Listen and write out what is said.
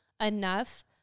enough